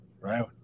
right